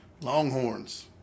Longhorns